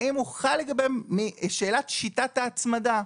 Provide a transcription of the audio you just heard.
האם הוא חל לגביהם משאלת שיטת ההצמדה?